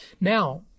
Now